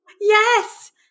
yes